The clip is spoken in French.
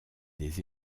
des